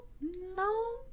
no